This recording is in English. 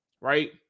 right